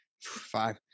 five